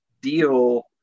deal